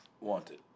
wanted